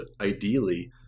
ideally